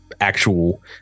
actual